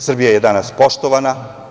Srbija je danas poštovana.